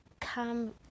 come